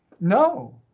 no